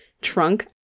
trunk